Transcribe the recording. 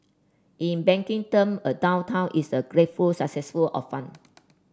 in banking term a downtown is a grateful successful of fund